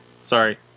Sorry